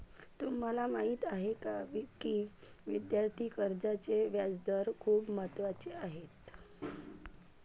तुम्हाला माहीत आहे का की विद्यार्थी कर्जाचे व्याजदर खूप महत्त्वाचे आहेत?